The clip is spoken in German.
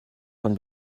von